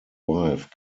wife